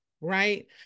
right